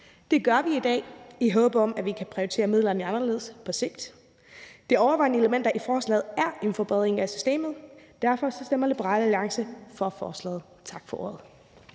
Det gør vi i dag i håb om, at vi kan prioritere midlerne anderledes på sigt. De overvejende elementer i lovforslaget er en forbedring af systemet, og derfor stemmer Liberal Alliance for forslaget. Tak for ordet.